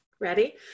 Ready